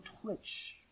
twitch